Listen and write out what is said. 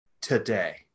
today